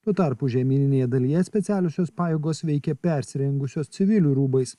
tuo tarpu žemyninėje dalyje specialiosios pajėgos veikė persirengusios civilių rūbais